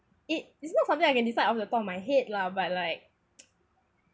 it is not something I can decide on the top of my head lah but like